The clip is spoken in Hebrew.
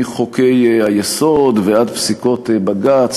מחוקי-היסוד ועד פסיקות בג"ץ,